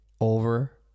over